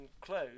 clothes